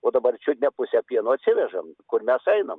o dabar čiut ne pusę pieno atsivežam kur mes einam